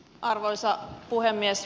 arvoisa puhemies